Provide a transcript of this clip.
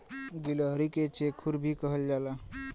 गिलहरी के चेखुर भी कहल जाला